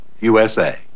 USA